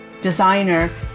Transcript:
designer